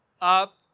up